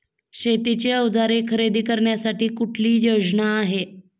शेतीची अवजारे खरेदी करण्यासाठी कुठली योजना आहे?